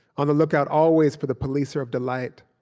on the lookout always for the policer of delight,